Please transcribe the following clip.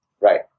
right